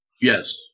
Yes